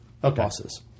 bosses